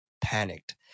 panicked